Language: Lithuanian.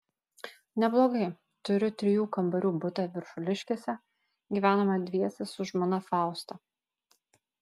neblogai turiu trijų kambarių butą viršuliškėse gyvename dviese su žmona fausta